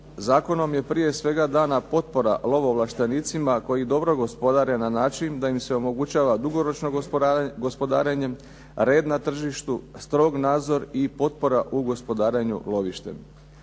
Zakonom je prije svega dana potpora lovo ovlaštenicima koji dobro gospodare na način da im se omogućava dugoročno gospodarenje, red na tržištu, strog nadzor i potpora u gospodarenju lovištem.